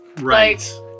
Right